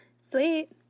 Sweet